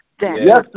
Yes